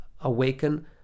awaken